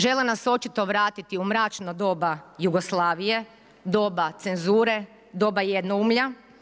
Žele nas očito vratiti u mračno doba Jugoslavije, doba cenzure, doba jednoumlja.